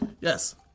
Yes